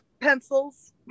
pencils